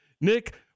Nick